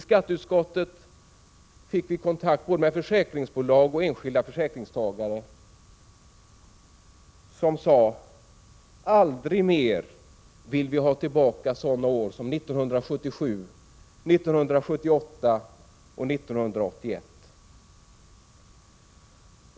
Skatteutskottet fick kontakt med både försäkringsbolag och enskilda försäkringstagare som sade: Aldrig mer vill vi ha tillbaka sådana år som 1977, 1978 och 1981.